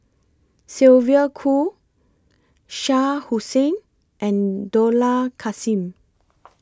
Sylvia Kho Shah Hussain and Dollah Kassim